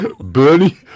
Bernie